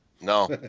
No